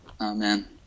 Amen